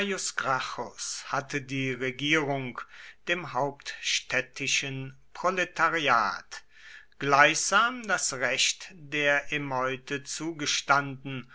hatte die regierung dem hauptstädtischen proletariat gleichsam das recht der erneute zugestanden